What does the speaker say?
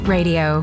Radio